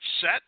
set